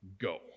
Go